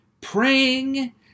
praying